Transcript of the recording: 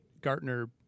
Gartner